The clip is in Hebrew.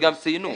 שכבר ציינו,